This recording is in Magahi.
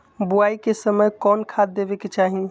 बोआई के समय कौन खाद देवे के चाही?